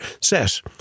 says